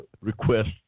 request